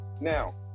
Now